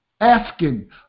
asking